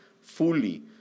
fully